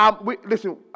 Listen